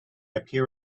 appear